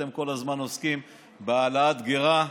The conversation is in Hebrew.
אתם כל הזמן עוסקים בהעלאת גרה.